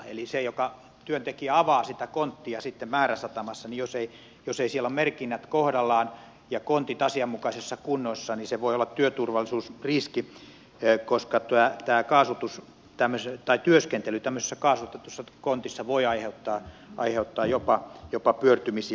eli sille työntekijälle joka avaa sitä konttia sitten määräsatamassa jos merkinnät eivät ole kohdallaan ja kontit asianmukaisessa kunnossa se voi olla työturvallisuusriski koska työ tai kaasutus tämä syyttää työskentely kaasutetussa kontissa voi aiheuttaa jopa pyörtymisiä